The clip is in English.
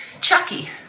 Chucky